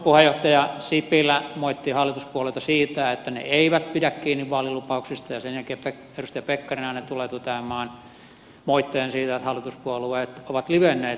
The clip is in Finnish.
puheenjohtaja sipilä moitti hallituspuolueita siitä että ne eivät pidä kiinni vaalilupauksistaan ja sen jälkeen edustaja pekkarinen aina tulee toteamaan moitteen siitä että hallituspuolueet ovat livenneet vaalilupauksistaan